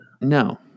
No